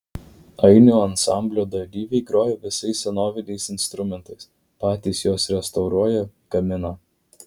ainių ansamblio dalyviai groja visais senoviniais instrumentais patys juos restauruoja gamina